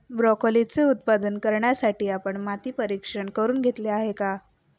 ब्रोकोलीचे उत्पादन करण्यासाठी आपण माती परीक्षण करुन घेतले आहे का?